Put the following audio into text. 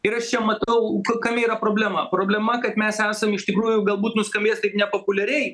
ir aš čia matau kame yra problema problema kad mes esam iš tikrųjų galbūt nuskambės taip nepopuliariai